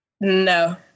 no